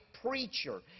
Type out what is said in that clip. preacher